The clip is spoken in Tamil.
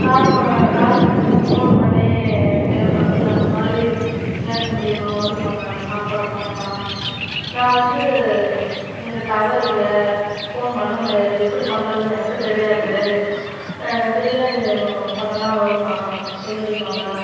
கால் கால் மூலியமாக இந்த ஃபோன் பண்ணி கேட்பாங்கள்ல அந்த மாதிரி கேட்க முடியுமா வருமா சாப்பாடு பண்ணினா நான் வந்து இங்கே டவரு இல்லை ஃபோன் பண்ண முடியாது எப்படி பண்ணுறதுன்னு எனக்கும் தெரியாது பிரியாணி வேணும் பண்ணினா வருமா சொல்லுடி மாலா